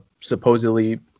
supposedly